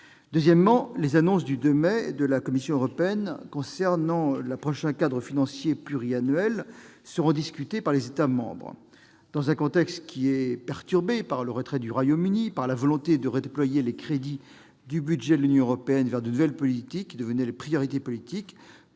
Deuxièmement, les annonces de la Commission européenne du 2 mai dernier concernant le prochain cadre financier pluriannuel seront discutées par les États membres. Dans un contexte perturbé par le retrait du Royaume-Uni et la volonté de redéployer les crédits du budget de l'Union européenne vers de nouvelles priorités politiques,